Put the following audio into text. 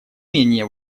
менее